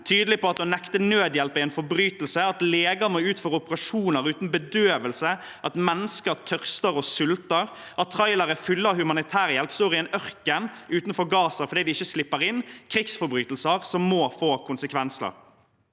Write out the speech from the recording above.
og at det er krigsforbrytelser at leger må utføre operasjoner uten bedøvelse, at mennesker tørster og sulter, og at trailere fulle av humanitærhjelp står i en ørken utenfor Gaza fordi de ikke slipper inn – krigsforbrytelser som må få konsekvenser.